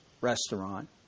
restaurant